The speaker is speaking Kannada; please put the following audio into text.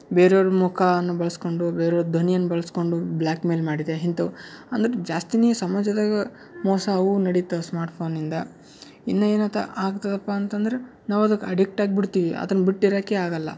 ಬೇರೆ ಅವ್ರ ಮುಖವನ್ನು ಬಳಸ್ಕೊಂಡು ಬೇರೆ ಅವ್ರ ಧ್ವನಿಯನ್ನು ಬಳಸ್ಕೊಂಡು ಬ್ಲಾಕ್ಮೇಲ್ ಮಾಡಿದೆ ಇಂಥವು ಅಂದ್ರೆ ಜಾಸ್ತಿಯೇ ಸಮಾಜದಾಗ ಮೋಸ ಅವು ನಡೀತಾ ಸ್ಮಾರ್ಟ್ ಫೋನ್ನಿಂದ ಇನ್ನೂ ಏನತ ಆಗ್ತದಪ್ಪ ಅಂತಂದ್ರೆ ನಾವು ಅದಕ್ಕೆ ಅಡಿಕ್ಟ್ ಆಗಿಬಿಡ್ತೀವಿ ಅದನ್ನು ಬಿಟ್ಟಿರೋಕ್ಕೇ ಆಗಲ್ಲ